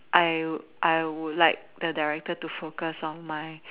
I I would like the director to focus on my